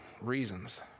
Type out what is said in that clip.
reasons